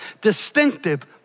distinctive